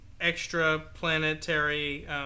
extra-planetary